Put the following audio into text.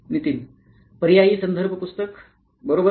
नितीन पर्यायी संदर्भ पुस्तक बरोबर